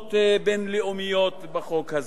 נורמות בין-לאומיות בחוק הזה.